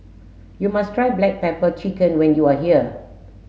you must try black pepper chicken when you are here